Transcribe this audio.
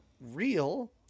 real